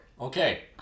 Okay